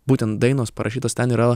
būtent dainos parašytos ten yra